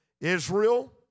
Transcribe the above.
Israel